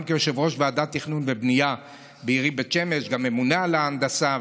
גם כיושב-ראש ועדת תכנון ובנייה בעירי בית שמש וגם כממונה על ההנדסה,